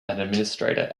administrator